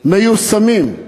"מיושמים.